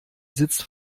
sitzt